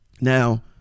Now